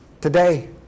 today